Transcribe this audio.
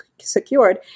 secured